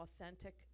authentic